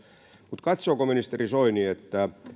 mutta katsooko ministeri soini että